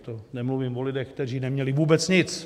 To nemluvím o lidech, kteří neměli vůbec nic.